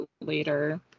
later